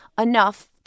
enough